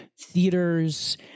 theaters